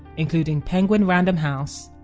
including penguin random house,